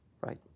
right